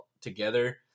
together